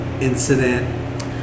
Incident